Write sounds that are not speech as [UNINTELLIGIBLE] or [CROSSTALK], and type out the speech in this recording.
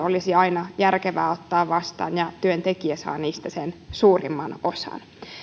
[UNINTELLIGIBLE] olisi aina järkevää ottaa vastaan ja työntekijä saa ansioista suurimman osan